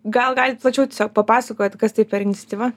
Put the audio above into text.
gal galit plačiau tiesiog papasakot kas tai per iniciatyva